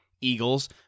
Eagles